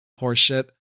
horseshit